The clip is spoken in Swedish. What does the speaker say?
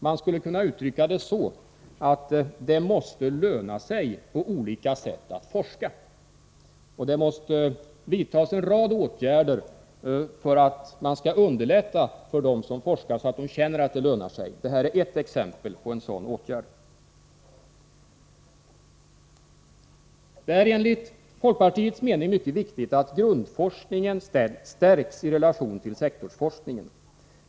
Man skulle kunna uttrycka det så att det måste löna sig på olika sätt att forska. Och det måste vidtas en rad åtgärder för att underlätta för dem som forskar, så att de känner att det lönar sig. Det vi har föreslagit är ett exempel på en sådan åtgärd. Det är enligt folkpartiets mening mycket viktigt att grundforskningen stärks i relation till sektorsforskningen.